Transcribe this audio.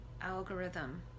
algorithm